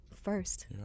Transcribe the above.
first